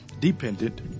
dependent